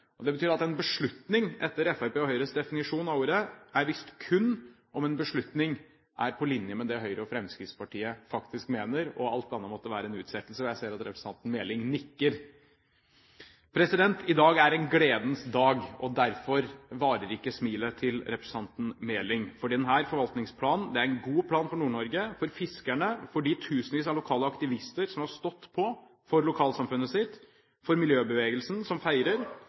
utsettelse. Det betyr at en beslutning, etter Fremskrittspartiets og Høyres definisjon av ordet, er det kun hvis den er på linje med det Høyre og Fremskrittspartiet faktisk mener. Alt annet er en utsettelse – jeg ser at representanten Meling nikker. Dagen i dag er en gledens dag. Derfor varer ikke smilet til representanten Meling. Denne forvaltningsplanen er en god plan for Nord-Norge – for fiskerne, for de tusenvis av lokale aktivister som har stått på for lokalsamfunnet sitt, og for miljøbevegelsen som feirer.